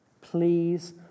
please